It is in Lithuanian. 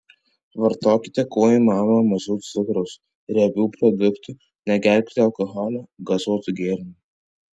vartokite kuo įmanoma mažiau cukraus riebių produktų negerkite alkoholio gazuotų gėrimų